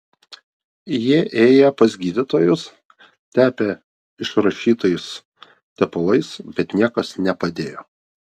jie ėję pas gydytojus tepę išrašytais tepalais bet niekas nepadėjo